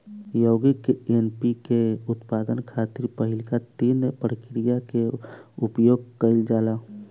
यौगिक एन.पी.के के उत्पादन खातिर पहिलका तीन प्रक्रिया के उपयोग कईल जाला